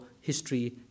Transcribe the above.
history